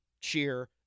cheer